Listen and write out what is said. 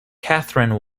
catherine